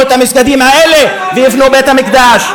את המסגדים האלה ויבנו את בית-המקדש.